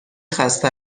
خسته